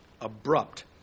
abrupt